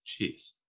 Jeez